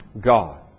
God